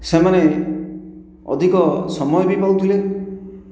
ସେମାନେ ଅଧିକ ସମୟ ବି ପାଉଥିଲେ